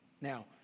Now